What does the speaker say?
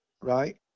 right